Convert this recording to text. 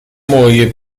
moglie